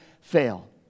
fail